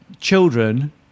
children